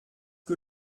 que